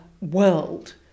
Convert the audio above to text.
world